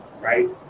right